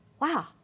wow